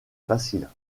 facile